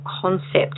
concept